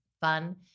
fun